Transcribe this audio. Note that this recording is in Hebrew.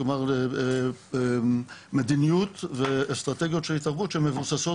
כלומר מדיניות ואסטרטגיות של התערבות שמבוססות